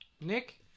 Nick